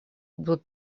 будут